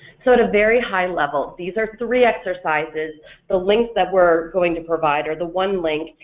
so at a very high level these are three exercises the links that we're going to provide, or the one link,